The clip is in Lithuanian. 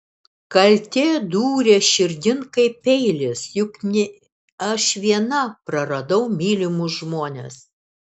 kaltė dūrė širdin kaip peilis juk ne aš viena praradau mylimus žmones